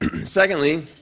Secondly